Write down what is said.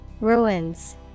Ruins